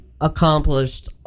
accomplished